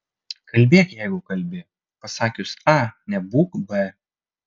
kalbėk jeigu kalbi pasakius a nebūk b